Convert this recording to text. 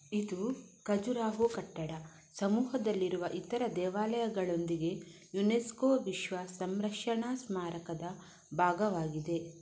ಇದು ಖಜುರಾಹೊ ಕಟ್ಟಡ ಸಮೂಹದಲ್ಲಿರುವ ಇತರ ದೇವಾಲಯಗಳೊಂದಿಗೆ ಯುನೆಸ್ಕೋ ವಿಶ್ವ ಸಂರಕ್ಷಣಾ ಸ್ಮಾರಕದ ಭಾಗವಾಗಿದೆ